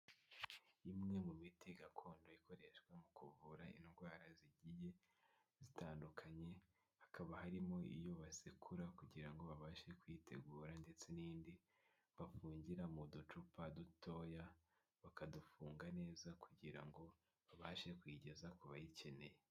Imwe mu miti gakondo ikoreshwa mu kuvura indwara zigiye zitandukanye, hakaba harimo iyo basekura kugira ngo babashe kuyitegura ndetse n'indi bafungira mu ducupa dutoya, bakadufunga neza kugira ngo babashe kuyigeza ku bayikeneye.